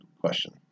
question